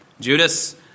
Judas